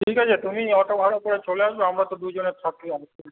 ঠিক আছে তুমি অটো ভাড়া করে চলে আসবে আমরা তো দুজনে